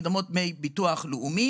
מקדמות דמי ביטוח לאומי.